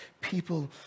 people